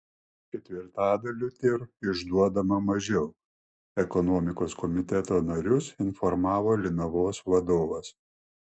ketvirtadaliu tir išduodama mažiau ekonomikos komiteto narius informavo linavos vadovas